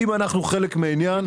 אם אנחנו חלק מהעניין,